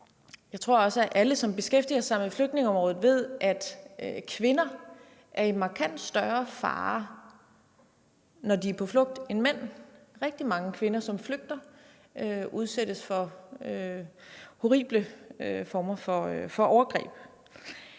Jeg tror også, at alle, som beskæftiger sig med flygtningeområdet, ved, at kvinder er i markant større fare, når de er på flugt, end mænd. Rigtig mange kvinder, som flygter, udsættes for horrible former for overgreb.